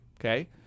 Okay